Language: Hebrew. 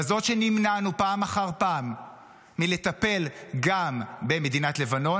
בזאת שנמנענו פעם אחר פעם מלטפל גם במדינת לבנון,